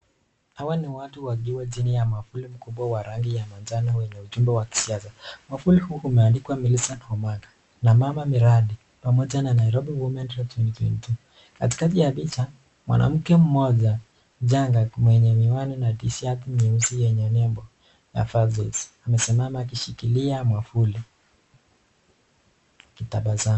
Hawa ni watu wakiwa chini ya mwavuli mkubwa wa rangi ya manjano wenye ujumbe wa kisiasa. Mwavuli huu umeandikwa Millicent Omanga na mama miradi pamoja na Nairobi women rep 2022.Katikati ya picha ,mwanamke mmoja mchanga mwenye miwani na t shati nyeusi yenye nembo na Versace .Amesimama katika akishikilia mwavuli na akitabasamu.